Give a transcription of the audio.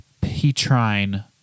Petrine